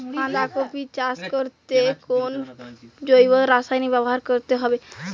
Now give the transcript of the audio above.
বাঁধাকপি চাষ করতে কোন জৈব রাসায়নিক ব্যবহার করতে হবে?